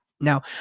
Now